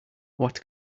what